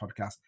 podcast